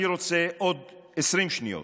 אני רוצה עוד 20 שניות.